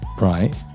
right